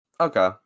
Okay